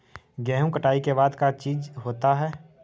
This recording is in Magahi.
गेहूं कटाई के बाद का चीज होता है?